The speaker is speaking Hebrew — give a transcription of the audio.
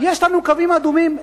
יש לנו קווים אדומים,